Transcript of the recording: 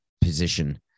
position